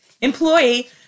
Employee